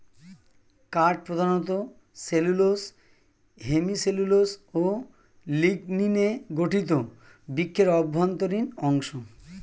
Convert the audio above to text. কাঠ প্রধানত cellulose, hemicellulose ও লিগনিনে গঠিত বৃক্ষের অভ্যন্তরীণ অংশ